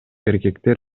эркектер